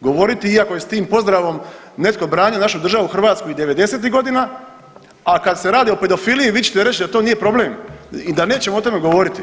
govoriti iako je s tim pozdravom netko branio i našu državu Hrvatsku i '90.-ih godina, a kad se radi o pedofiliji vi ćete reći da to nije problem i da nećemo o tome govoriti.